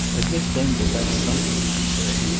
admit then that that's something, she said,